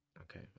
Okay